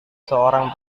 seorang